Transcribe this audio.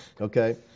okay